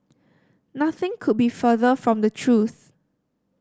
nothing could be further from the truth